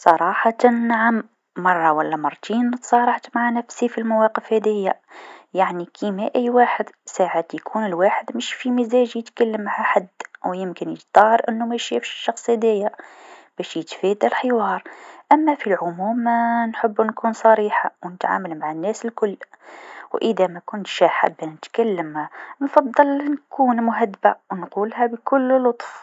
صراحة نعم، مرة و لا مرتين تصارحت مع نفسي في مواقف هاذيا، يعني كيما أي واحد ساعات يكون الواحد مش في مزاج يتكلم مع حد و يمكن يتظاهر أنو مشافش شخص هاذايا باش يتفادى الحوار، أما في العموم نحب نكون صريحه و نتعامل مع الناس الكل و إذا مكنتش حابة نتكلم نفضل نكون مهذبه و نقولها بكل لطف.